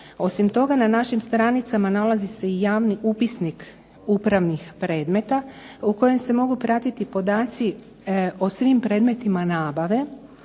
Osim toga, na našim stranicama nalazi se javni upisnik upravnih predmeta u kojem se mogu pratiti podaci o svim predmetima nabave